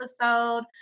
episode